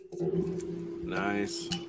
Nice